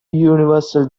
universal